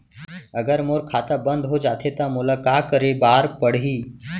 अगर मोर खाता बन्द हो जाथे त मोला का करे बार पड़हि?